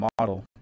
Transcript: model